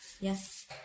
Yes